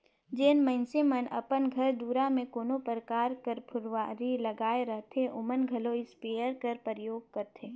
जेन मइनसे मन अपन घर दुरा में कोनो परकार कर फुलवारी लगाए रहथें ओमन घलो इस्पेयर कर परयोग करथे